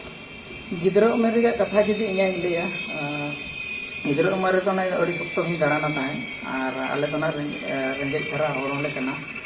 ᱜᱤᱫᱽᱨᱟᱹ ᱩᱢᱮᱹᱨ ᱨᱮᱭᱟᱜ ᱠᱟᱛᱷᱟ ᱡᱩᱫᱤ ᱤᱧᱟᱹᱜ ᱤᱧ ᱞᱟᱹᱭᱟ ᱜᱤᱫᱽᱨᱟᱹ ᱩᱢᱮᱹᱨ ᱨᱮᱫᱚ ᱟᱹᱰᱤ ᱥᱚᱠᱛᱚ ᱜᱤᱧ ᱫᱟᱬᱟᱱᱟ ᱛᱟᱦᱮᱸᱫ ᱟᱨ ᱟᱞᱮ ᱫᱚ ᱦᱟᱸᱜ ᱨᱮᱸᱜᱮᱡ ᱫᱷᱟᱨᱟ ᱦᱚᱲ ᱦᱚᱸᱞᱮ ᱠᱟᱱᱟ